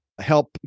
help